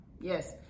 yes